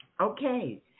Okay